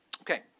Okay